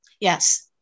Yes